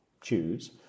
choose